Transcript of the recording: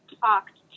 talked